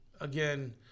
Again